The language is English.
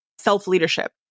self-leadership